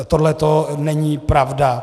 Tohle není pravda.